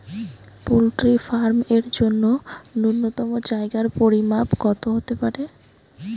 Poultry farm এর জন্য নূন্যতম জায়গার পরিমাপ কত হতে পারে?